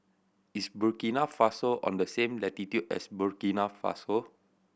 is Burkina Faso on the same latitude as Burkina Faso